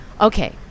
Okay